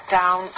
down